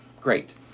great